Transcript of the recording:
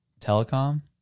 Telecom